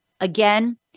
again